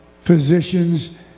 physicians